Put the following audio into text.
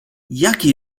jakie